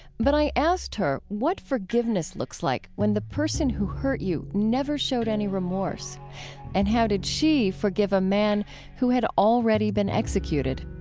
but i asked her what forgiveness looks like when the person who hurt you never showed any remorse and how did she forgive a man who had already been executed?